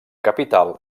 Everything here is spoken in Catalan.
capital